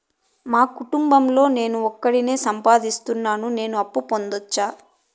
మా కుటుంబం లో నేను ఒకడినే సంపాదిస్తున్నా నేను అప్పు పొందొచ్చా